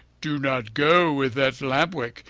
do not go with that lamp-wick!